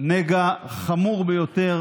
נגע חמור ביותר